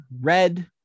red